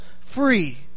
free